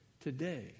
today